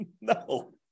No